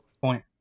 point